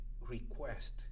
request